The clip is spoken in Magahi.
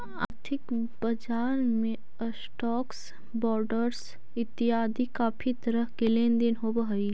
आर्थिक बजार में स्टॉक्स, बॉंडस इतियादी काफी तरह के लेन देन होव हई